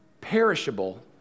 perishable